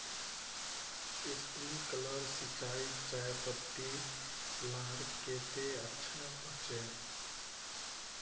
Sprinkler सिंचाई चयपत्ति लार केते अच्छा होचए?